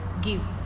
give